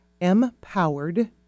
M-Powered